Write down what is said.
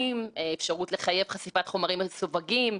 בהובלתו של איתן כבל שזה גם מקום להגיד מילה בקונצנזוס